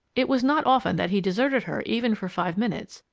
it was not often that he deserted her even for five minutes,